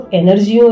energy